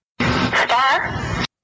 Star